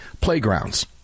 playgrounds